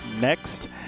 next